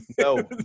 No